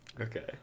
Okay